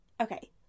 Okay